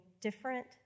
different